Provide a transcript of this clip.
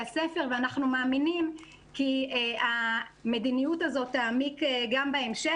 הספר ואנחנו מאמינים שהמדיניות הזאת תעמיק גם בהמשך,